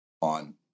on